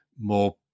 more